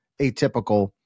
atypical